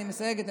אני מסייגת,